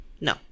No